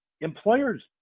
employers